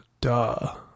duh